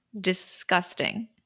Disgusting